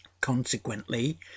consequently